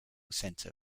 center